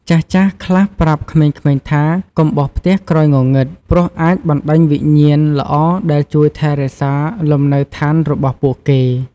ចាស់ៗខ្លះប្រាប់ក្មេងៗថា៖ «កុំបោសផ្ទះក្រោយងងឹត ព្រោះអាចបណ្ដេញវិញ្ញាណល្អដែលជួយថែរក្សាលំនៅដ្ឋានរបស់ពួកគេ។